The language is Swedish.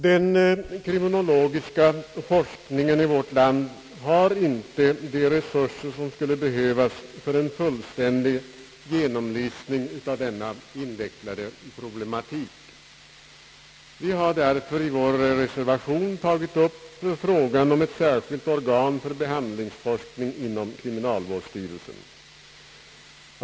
Den kriminologiska forskningen i vårt land har inte de resurser som skulle behövas för en fullständig genomlysning av denna invecklade problematik. Vi har därför i vår reservation tagit upp frågan om ett särskilt organ för behandlingsforskning inom kriminalvårdsstyrelsen.